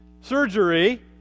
surgery